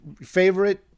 favorite